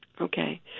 Okay